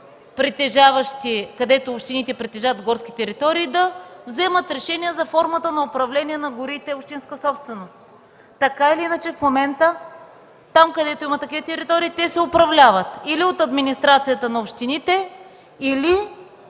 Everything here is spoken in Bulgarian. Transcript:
където общините притежават горски територии, да вземат решение за формата за управление на горите – общинска собственост? Така или иначе, в момента там, където има такива територии, те се управляват или от администрацията на общините, или